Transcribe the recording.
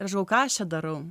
ir aš galvoju ką aš čia darau